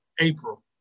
April